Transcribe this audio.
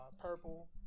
Purple